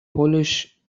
polish